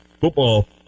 football